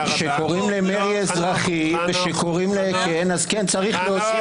שקוראים למרי אזרחי, אז כן, צריך להוציא אותם.